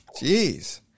Jeez